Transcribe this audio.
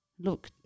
look